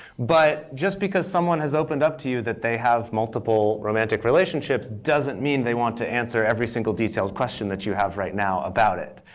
but just because someone has opened up to you that they have multiple romantic relationships doesn't mean they want to answer every single detailed question that you have right now about it,